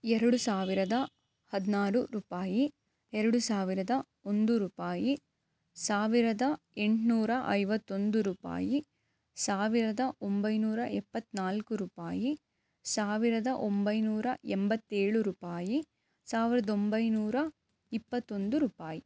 ಎರಡು ಸಾವಿರದ ಹದಿನಾರು ರೂಪಾಯಿ ಎರಡು ಸಾವಿರದ ಒಂದು ರೂಪಾಯಿ ಸಾವಿರದ ಎಂಟುನೂರ ಐವತ್ತೊಂದು ರೂಪಾಯಿ ಸಾವಿರದ ಒಂಬೈನೂರ ಎಪ್ಪತ್ನಾಲ್ಕು ರೂಪಾಯಿ ಸಾವಿರದ ಒಂಬೈನೂರ ಎಂಬತ್ತೇಳು ರೂಪಾಯಿ ಸಾವಿರದ ಒಂಬೈನೂರ ಇಪ್ಪತ್ತೊಂದು ರೂಪಾಯಿ